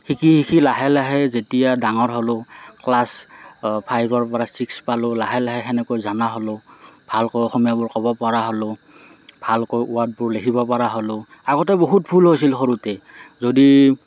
শিকি শিকি লাহে লাহে যেতিয়া ডাঙৰ হ'লো ক্লাছ ফাইভৰ পৰা ছিক্স পালোঁ লাহে লাহে সেনেকৈ জানা হ'লোঁ ভালকৈ অসমীয়াবোৰ ক'ব পৰা হ'লোঁ ভালকৈ ৱৰ্ডবোৰ লিখিব পৰা হ'লোঁ আগতে বহুত ভুল হৈছিল সৰুতে যদি